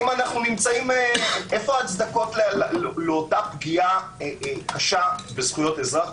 אם אנחנו נמצאים איפה ההצדקות לאותה פגיעה קשה באותן זכויות אזרח.